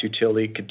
utility